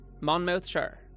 Monmouthshire